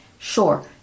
Sure